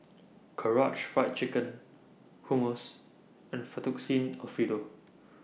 Karaage Fried Chicken Hummus and Fettuccine Alfredo